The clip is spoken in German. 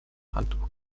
handtuch